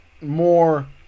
more